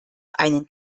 einen